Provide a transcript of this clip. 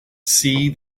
see